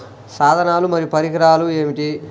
సాధనాలు మరియు పరికరాలు ఏమిటీ?